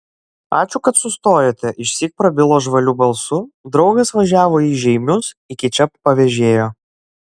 ačiū kad sustojote išsyk prabilo žvaliu balsu draugas važiavo į žeimius iki čia pavėžėjo